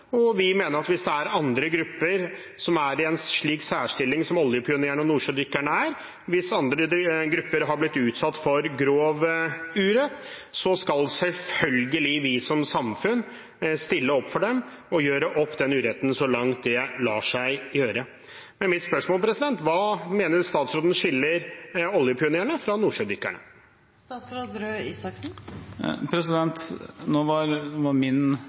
og vi mener at hvis det er andre grupper som er i en slik særstilling som oljepionerene og nordsjødykkerne er, hvis andre grupper har blitt utsatt for grov urett, så skal selvfølgelig vi som samfunn stille opp for dem og gjøre opp den uretten så langt det lar seg gjøre. Men mitt spørsmål er: Hva mener statsråden skiller oljepionerene fra